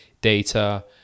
data